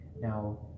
Now